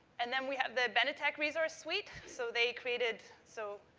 and then we have the benetech resource suite, so they created, so,